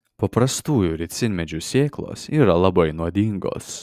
paprastųjų ricinmedžių sėklos yra labai nuodingos